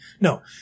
no